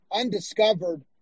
undiscovered